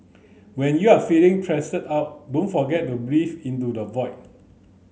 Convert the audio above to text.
when you are feeling out don't forget to breathe into the void